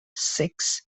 six